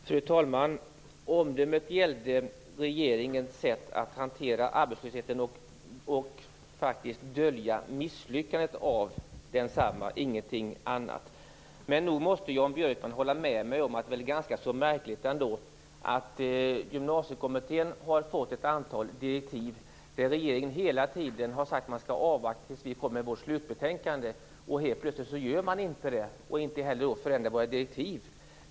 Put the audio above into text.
Fru talman! Omdömet gällde regeringens sätt att hantera arbetslösheten och dölja misslyckandet med densamma, ingenting annat. Nog måste Jan Björkman hålla med mig om att det är ganska märkligt att vi i Gymnasiekommittén har fått ett antal direktiv där regeringen hela tiden har sagt att man skall avvakta tills vi kommer med vårt slutbetänkande. Helt plötsligt gör man inte det, och man förändrar inte heller våra direktiv.